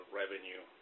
revenue